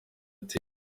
airtel